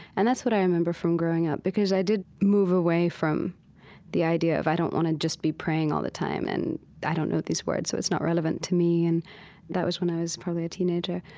and that's what i remember from growing up, because i did move away from the idea of i don't want to just be praying all the time and i don't know these words so it's not relevant to me and that was i was probably a teenager.